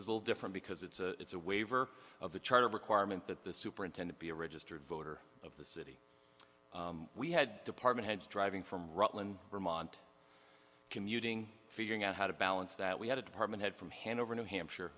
all different because it's a it's a waiver of the charter of requirement that the superintendent be a registered voter of the we had department heads driving from rutland vermont commuting figuring out how to balance that we had a department head from hanover new hampshire